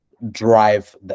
drive